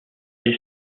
est